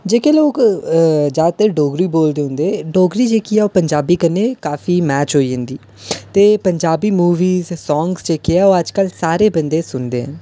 जेह्के लोक जैदातर डोगरी बोलदे होंदे डोगरी जेह्की ऐ ओह् पंजाबी कन्नै काफी मैच होई जंदी ते पंजाबी मूवियां ते सांग जेह्के ऐ ओह अजकल सारे बंदे सुनदे न